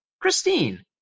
Christine